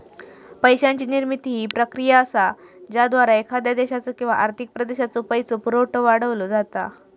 पैशाची निर्मिती ही प्रक्रिया असा ज्याद्वारा एखाद्या देशाचो किंवा आर्थिक प्रदेशाचो पैसो पुरवठा वाढवलो जाता